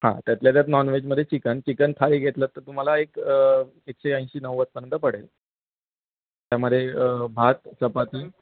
हां त्यातल्या त्यात नॉनव्हेजमध्ये चिकन चिकन थाली घेतलं तर तुम्हाला एक एकशे ऐंशी नव्वदपर्यंत पडेल त्यामध्ये भात चपाती